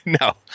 No